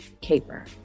Caper